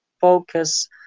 focus